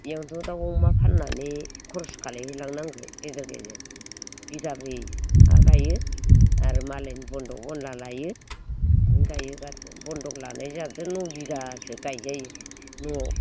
बियावनोथ' दाउ अमा फान्नानै खर'स खालायहोलांनांगो गेजेर गेजेर बिगाब्रै हा गाइयो आरो मालायनि बन्दग बनला लायो गाइयो बाखि बन्दग लानाय जाबजों नह बिगासो गायजायो न'वाव